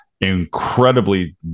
incredibly